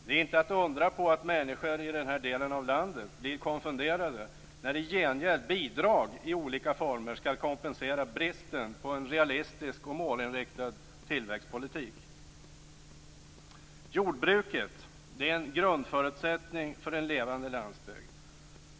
Det är inte att undra på att människor i den här delen av landet blir konfunderade när i gengäld bidrag i olika former skall kompensera bristen på en realistisk och målinriktad tillväxtpolitik. Jordbruket är en grundförutsättning för en levande landsbygd.